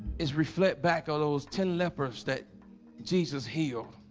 is reflect back all those ten lepers that jesus healed